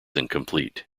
incomplete